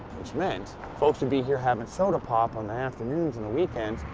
which meant, folks would be here having soda pop on the afternoons and the weekends,